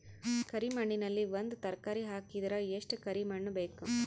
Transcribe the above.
ಕರಿ ಮಣ್ಣಿನಲ್ಲಿ ಒಂದ ತರಕಾರಿ ಹಾಕಿದರ ಎಷ್ಟ ಕರಿ ಮಣ್ಣು ಬೇಕು?